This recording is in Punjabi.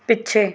ਪਿੱਛੇ